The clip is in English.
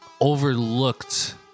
overlooked